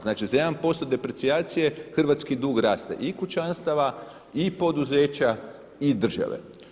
Znači za jedan posto deprecijacije hrvatski dug raste i kućanstava i poduzeća i države.